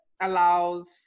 allows